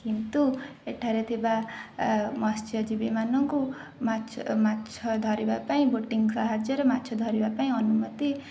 କିନ୍ତୁ ଏଠାରେ ଥିବା ମତ୍ସ୍ୟଜୀବୀମାନଙ୍କୁ ମାଛ ମାଛ ଧରିବାପାଇଁ ବୋଟିଂ ସାହାଯ୍ୟରେ ମାଛ ଧରିବାପାଇଁ ଅନୁମତି